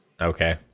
Okay